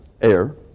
air